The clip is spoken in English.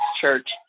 church